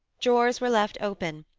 drawers were left open,